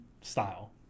style